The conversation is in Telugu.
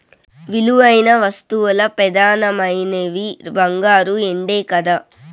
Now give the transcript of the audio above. విలువైన వస్తువుల్ల పెదానమైనవి బంగారు, ఎండే కదా